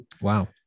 wow